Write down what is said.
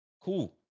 Cool